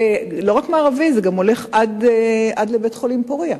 ולא רק המערבי, זה מגיע עד לבית-חולים "פורייה",